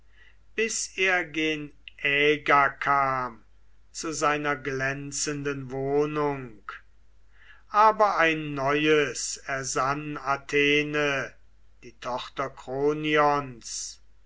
bis er gen aigai kam zu seiner glänzenden wohnung aber ein neues ersann athene die tochter kronions